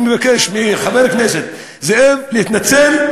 אני מבקש מחבר כנסת זאב להתנצל,